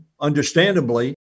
understandably